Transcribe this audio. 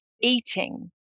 eating